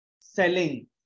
selling